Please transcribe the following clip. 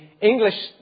English